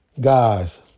Guys